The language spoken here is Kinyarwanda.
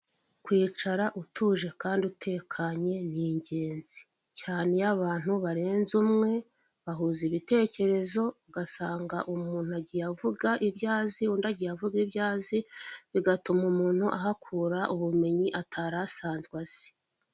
Kwicara utuje kandi utekanye n'ingenzi. Cyane iyo abantu barenze umwe bahuza ibitekerezo, ugasanga umuntu agiye avuga ibyo azi undi agiye avuga ibyo azi, bigatuma umuntu ahakura ubumenyi atari asanzwe azi.